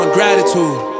gratitude